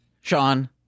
Sean